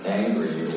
angry